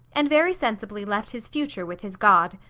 and very sensibly left his future with his god.